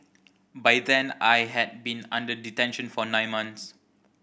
by then I had been under detention for nine months